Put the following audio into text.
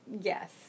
yes